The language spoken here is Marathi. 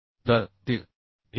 तर ते 1